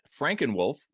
Frankenwolf